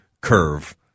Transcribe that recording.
curve